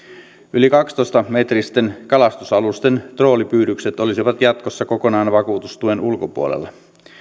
yli kaksitoista metristen kalastusalusten troolipyydykset olisivat jatkossa kokonaan vakuutustuen ulkopuolella